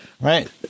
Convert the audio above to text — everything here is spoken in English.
Right